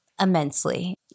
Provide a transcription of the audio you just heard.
immensely